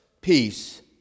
peace